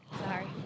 Sorry